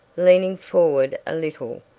leaning forward a little,